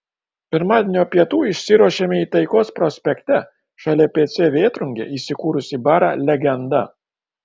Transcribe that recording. pirmadienio pietų išsiruošėme į taikos prospekte šalia pc vėtrungė įsikūrusį barą legenda